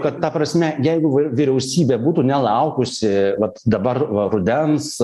kad ta prasme jeigu vyriausybė būtų nelaukusi vat dabar va rudens